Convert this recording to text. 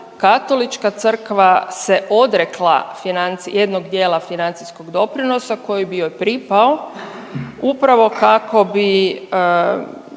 Katolička Crkva se odrekla .../nerazumljivo/... jednog dijela financijskog doprinosa koji bi joj pripao, upravo kako bi